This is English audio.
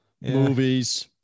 Movies